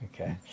Okay